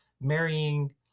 marrying